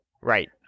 Right